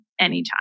anytime